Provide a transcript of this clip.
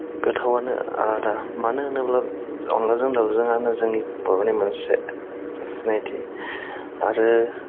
गोथावानो आलादा मानो होनोब्ला अनलाजों दाउजोंआनो जोंनि बर'नि मोनसे सिनायथि आरो